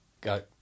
Go